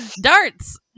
Darts